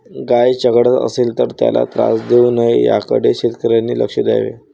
गाय चघळत असेल तर त्याला त्रास देऊ नये याकडे शेतकऱ्यांनी लक्ष द्यावे